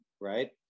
right